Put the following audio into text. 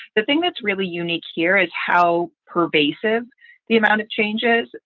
the thing that's really unique here is how pervasive the amount of changes.